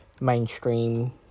mainstream